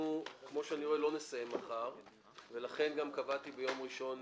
כמו שאני רואה זה לא יסתיים מחר ולכן קבעתי דיון גם ביום ראשון.